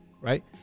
right